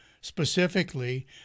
specifically